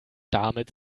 damit